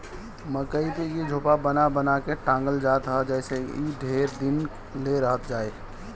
मकई के भी झोपा बना बना के टांगल जात ह जेसे इ ढेर दिन ले रहत जाए